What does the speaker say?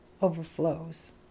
overflows